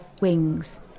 wings